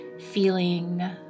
feeling